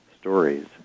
stories